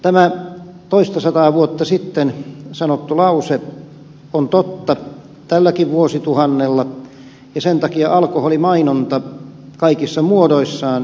tämä toistasataa vuotta sitten sanottu lause on totta tälläkin vuosituhannella ja sen takia alkoholimainonta kaikissa muodoissaan pitäisi kieltää